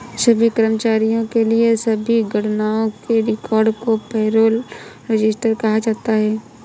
सभी कर्मचारियों के लिए सभी गणनाओं के रिकॉर्ड को पेरोल रजिस्टर कहा जाता है